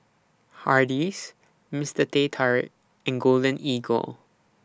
Hardy's Mister Teh Tarik and Golden Eagle